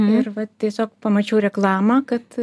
ir va tiesiog pamačiau reklamą kad